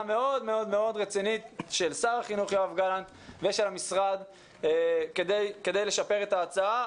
מאוד מאוד רצינית של שר החינוך יואב גלנט ושל המשרד כדי לשפר את ההצעה.